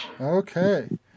Okay